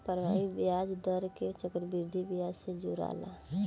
प्रभावी ब्याज दर के चक्रविधि ब्याज से जोराला